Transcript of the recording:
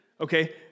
Okay